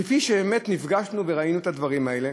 כפי שבאמת נפגשנו וראינו את הדברים האלה.